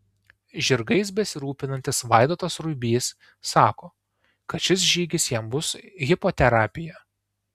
žirgais besirūpinantis vaidotas ruibys sako kad šis žygis jam bus hipoterapija